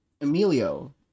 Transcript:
Emilio